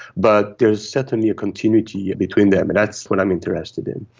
but there is certainly a continuity between them and that's what i am interested in.